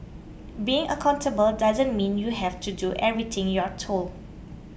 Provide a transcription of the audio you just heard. being accountable doesn't mean you have to do everything you're told